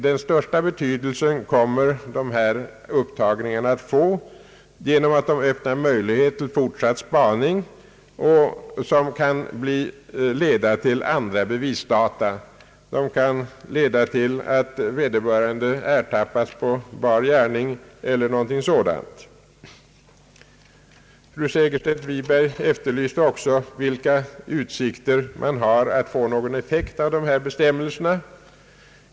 Den största betydelsen kommer dock dessa upptagningar att få genom att de öppnar möjlighet till fortsatt spaning som kan leda till andra bevisdata. De kan leda till att vederbörande ertappas på bar gärning eller någonting sådant. Fru Segerstedt Wiberg efterlyste också besked om vilka utsikter man har att vinna någon effekt med dessa bestämmelser.